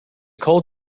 cold